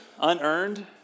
Unearned